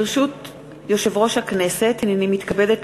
דברי הכנסת חוברת כ"ב ישיבה נ"ו הישיבה